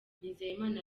nizeyimana